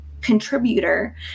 contributor